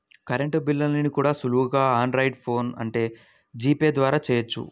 current బిల్లుల్ని కూడా సులువుగా ఆండ్రాయిడ్ ఫోన్ ఉంటే జీపే ద్వారా చెయ్యొచ్చు